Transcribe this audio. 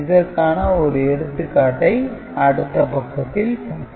இதற்கான ஒரு எடுத்துக்காட்டை அடுத்த பக்கத்தில் பார்ப்போம்